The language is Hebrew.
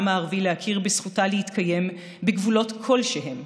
הערבי להכיר בזכותה להתקיים בגבולות כלשהם.